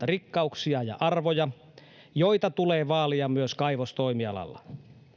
rikkauksia ja arvoja joita tulee vaalia myös kaivostoimialalla